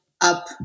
up